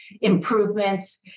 improvements